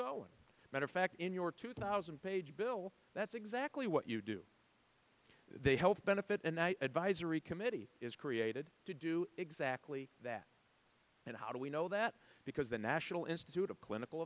going to matter fact in your two thousand page bill that's exactly what you do they help benefit and the advisory committee is created to do exactly that and how do we know that because the national institute of clinical